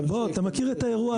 בוא, אתה מכיר את האירוע הזה.